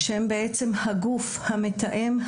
שהם בעצם הגוף המתאם,